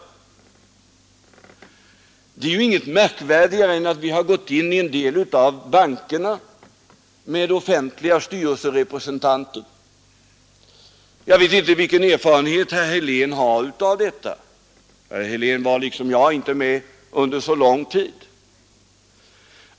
Det är ju inte märkvärdigare än att vi har gått in i en del av bankerna med offentliga styrelserepresentanter. Jag vet inte vilken erfarenhet herr Helén har av detta — herr Helén var liksom jag inte med under så lång tid.